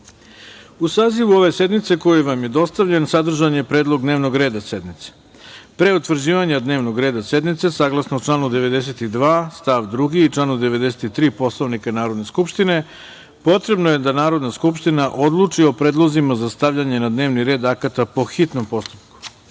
sazivu ove sednice, koji vam je dostavljen, sadržan je predlog dnevnog reda sednice. Pre utvrđivanja dnevnog reda sednice, saglasno članu 92. stav 2. i članu 93. Poslovnika Narodne skupštine, potrebno je da Narodna skupština odluči o predlozima za stavljanje na dnevni red akata po hitnom postupku. Vlada